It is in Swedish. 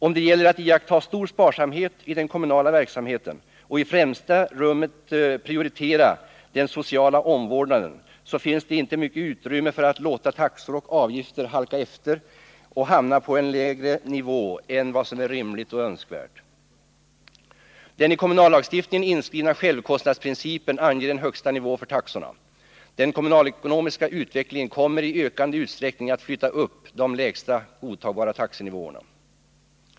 Om det är fråga om att iaktta stor sparsamhet i den kommunala verksamheten och i främsta rummet prioritera den sociala omvårdnaden, så finns det inte mycket utrymme för att låta taxor och avgifter halka efter och hamna på en lägre nivå än vad som är rimligt och önskvärt. Den i kommunallagstiftningen inskrivna självkostnadsprincipen anger en högsta nivå för taxorna. Den kommunalekonomiska utveckligen kommer i ökande utsträckning att flytta upp de lägsta godtagbara taxenivåerna.